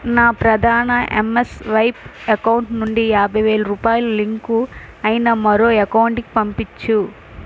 నా ప్రధాన mswipe account నుండి యాభై వేలు రూపాయలు లింకు అయిన మరో అకౌంటుకి పంపించు